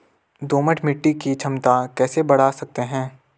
दोमट मिट्टी की क्षमता कैसे बड़ा सकते हैं?